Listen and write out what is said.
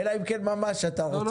אלא אם כן אתה ממש רוצה.